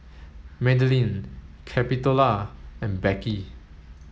Madelyn Capitola and Becky